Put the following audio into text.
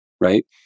right